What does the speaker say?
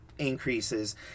increases